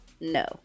No